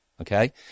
okay